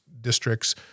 districts